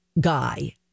guy